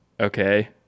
Okay